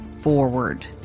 forward